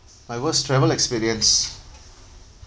my worst travel experience